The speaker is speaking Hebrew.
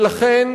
ולכן,